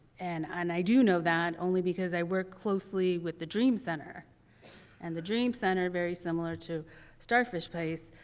and and i do know that only because i work closely with the dream center and the dream center, very similar to starfish place,